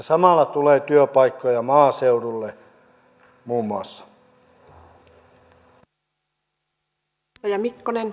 samalla tulee työpaikkoja maaseudulle muun muassa